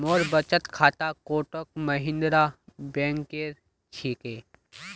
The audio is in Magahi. मोर बचत खाता कोटक महिंद्रा बैंकेर छिके